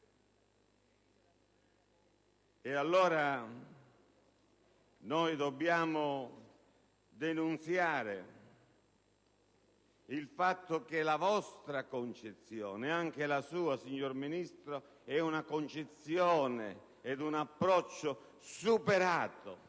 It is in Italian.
Allora dobbiamo denunziare il fatto che la vostra concezione, e anche la sua, signor Ministro, risponde a un approccio superato,